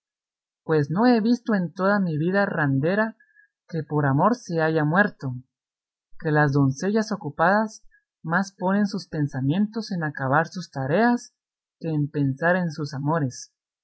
pues no he visto en toda mi vida randera que por amor se haya muerto que las doncellas ocupadas más ponen sus pensamientos en acabar sus tareas que en pensar en sus amores